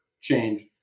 change